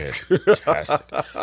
fantastic